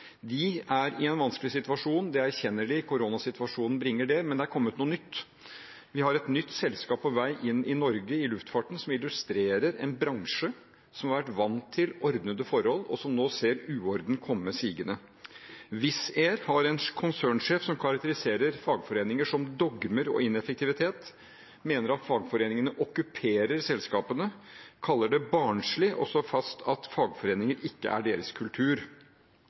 De er i en vanskelig situasjon, det erkjenner de, koronasituasjonen bringer det, men det er kommet noe nytt. Vi har et nytt selskap på vei inn i luftfarten i Norge som illustrerer at en bransje som har vært vant til ordnede forhold, nå ser uorden komme sigende. Wizz Air har en konsernsjef som karakteriserer fagforeninger som dogmer og ineffektivitet, mener at fagforeningene okkuperer selskapene, kaller det barnslig og slår fast at fagforeninger ikke er deres kultur.